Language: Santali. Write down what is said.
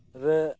ᱨᱮ